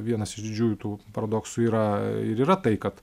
vienas iš džiųjų tų paradoksų yra ir yra tai kad